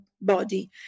body